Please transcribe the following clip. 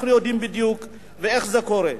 אנחנו יודעים בדיוק איך זה קורה.